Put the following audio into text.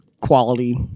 quality